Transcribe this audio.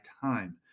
time